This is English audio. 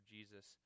Jesus